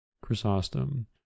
Chrysostom